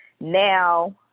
now